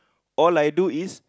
all I do is